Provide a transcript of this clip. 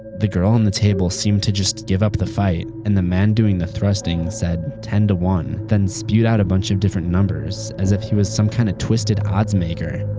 the girl on the table seemed to just give up the fight, and the man doing the thrusting said ten to one then spewed out a bunch of different numbers as if he was some kind of twisted odds maker.